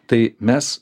tai mes